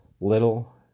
little